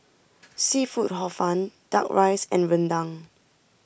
Seafood Hor Fun Duck Rice and Rendang